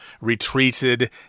retreated